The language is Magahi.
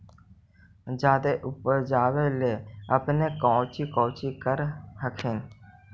जादे उपजाबे ले अपने कौची कौची कर हखिन?